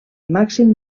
màxim